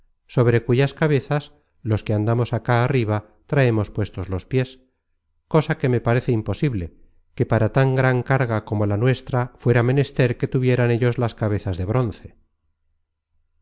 sobre cuyas cabezas los que andamos acá arriba traemos puestos los piés cosa que me parece imposible que para tan gran carga como la nuestra fuera menester que tuvieran ellos las cabezas de bronce